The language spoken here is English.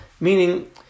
meaning